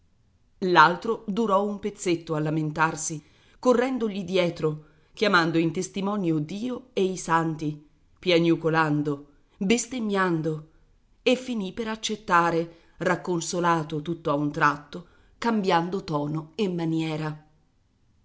l'altro durò un pezzetto a lamentarsi correndogli dietro chiamando in testimonio dio e i santi piagnucolando bestemmiando e finì per accettare racconsolato tutto a un tratto cambiando tono e maniera